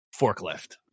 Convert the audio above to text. forklift